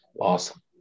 awesome